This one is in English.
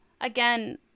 again